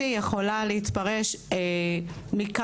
צריך להסתכל רגע על מספר המוסדות שדיווחו אם